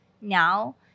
now